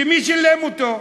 שמי שילם אותו?